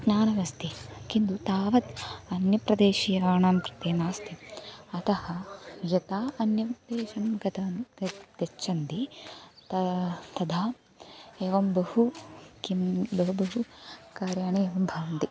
ज्ञानम् अस्ति किन्तु तावत् अन्यप्रदेशीयाणां कृते नास्ति अतः यदा अन्यं देशं गतवान् ते गच्छन्ति तदा तदा एवं बहु किं बहु बहु कार्याणि भवन्ति